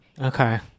Okay